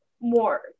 more